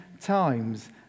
times